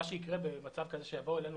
מה שיקרה במצב כזה, שיבואו אלינו